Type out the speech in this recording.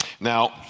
Now